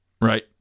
Right